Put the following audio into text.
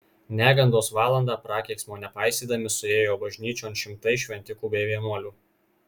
negandos valandą prakeiksmo nepaisydami suėjo bažnyčion šimtai šventikų bei vienuolių